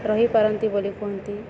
ରହିପାରନ୍ତି ବୋଲି କୁହନ୍ତି